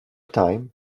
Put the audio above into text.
time